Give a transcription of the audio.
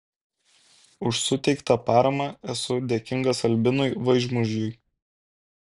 už suteiktą paramą esu dėkingas albinui vaižmužiui